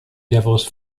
devos